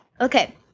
Okay